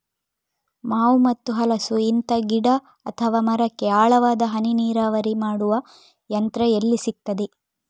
ಮಾವು ಮತ್ತು ಹಲಸು, ಇಂತ ಗಿಡ ಅಥವಾ ಮರಕ್ಕೆ ಆಳವಾದ ಹನಿ ನೀರಾವರಿ ಮಾಡುವ ಯಂತ್ರ ಎಲ್ಲಿ ಸಿಕ್ತದೆ?